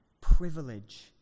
privilege